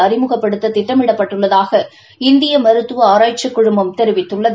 அறிமுகப்படுத்த திட்டமிடப்பட்டுள்ளதாக இந்திய மருத்துவ ஆராய்ச்சிக் குழுமம் தெரிவித்துள்ளது